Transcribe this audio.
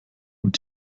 und